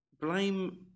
blame